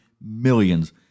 millions